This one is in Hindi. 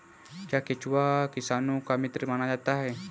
क्या केंचुआ किसानों का मित्र माना जाता है?